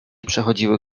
przechodziły